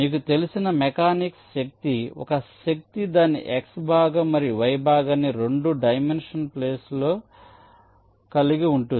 మీకు తెలిసిన మెకానిక్స్ శక్తి ఒక శక్తి దాని x భాగం మరియు y భాగాన్ని రెండు డైమెన్షన్ ప్లేన్లో కలిగి ఉంటుంది